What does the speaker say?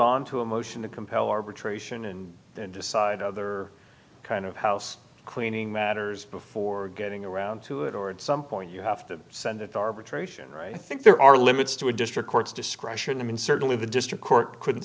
on to a motion to compel arbitration and then decide other kind of house cleaning matters before getting around to it or at some point you have to send it to arbitration or i think there are limits to a district court's discretion and certainly the district court could